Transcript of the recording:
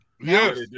Yes